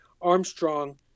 Armstrong